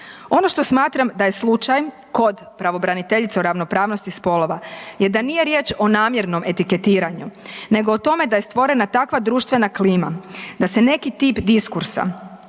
Ono što smatram da je slučaj kod pravobraniteljice o ravnopravnosti spolova je da nije riječ o namjernom etiketiranju nego o tome da je stvorena takva društvena klima da se neki tip diskursa